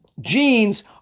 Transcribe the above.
genes